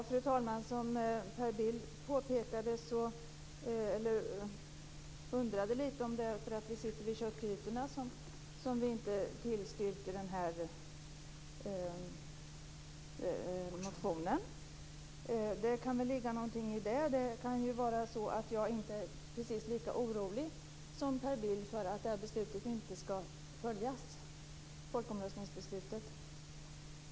Fru talman! Per Bill undrade om det var på grund av att vi sitter vid köttgrytorna i Rosenbad som vi inte tillstyrker denna motion. Det kan väl ligga någonting i det. Jag kanske inte är precis lika orolig som Per Bill för att folkomröstningsresultatet inte skall följas.